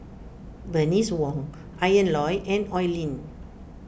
Bernice Wong Ian Loy and Oi Lin